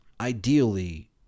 Ideally